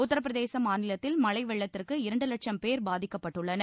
உத்தரப்பிரதேச மாநிலத்தில் மழை வெள்ளத்திற்கு இரண்டு லட்சம் பேர் பாதிக்கப்பட்டுள்ளனர்